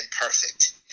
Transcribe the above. perfect